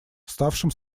ставшим